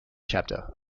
chapter